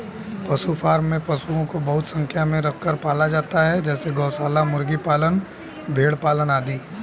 पशु फॉर्म में पशुओं को बहुत संख्या में रखकर पाला जाता है जैसे गौशाला, मुर्गी पालन, भेड़ पालन आदि